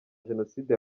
jenoside